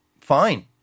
fine